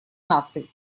наций